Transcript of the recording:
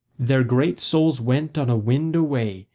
their great souls went on a wind away,